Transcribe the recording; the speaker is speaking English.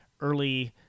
Early